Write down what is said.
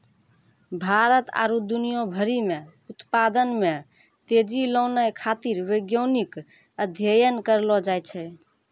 भारत आरु दुनिया भरि मे उत्पादन मे तेजी लानै खातीर वैज्ञानिक अध्ययन करलो जाय छै